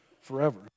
forever